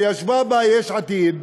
שישבה בה יש עתיד,